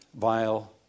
vile